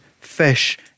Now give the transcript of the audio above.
Fish